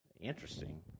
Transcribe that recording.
interesting